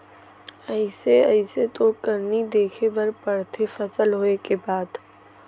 अइसे अइसे तो करनी देखे बर परथे फसल होय के बाद